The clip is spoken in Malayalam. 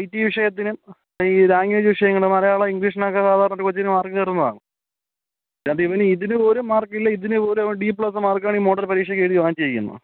ഐ ടി വിഷയത്തിനും ഈ ലാംഗ്വേജ് വിഷയങ്ങൾ മലയാളം ഇംഗ്ലീഷിനൊക്കെ സാധാരണ ഒരു കൊച്ചിന് മാർക്ക് കയറൂന്നതാണ് അതിനകത്ത് ഇവന് ഇതിനുപോലും മാർക്ക് ഇല്ല ഇതിനു പോലും അവൻ ഡി പ്ലസ് മാർക്കാണ് ഈ മോഡൽ പരീക്ഷയ്ക്ക് എഴുതി വാങ്ങിച്ചിരിക്കുന്നത്